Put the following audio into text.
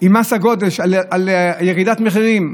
עם מס הגודש, ירידת מחירים?